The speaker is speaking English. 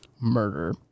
murder